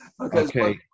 Okay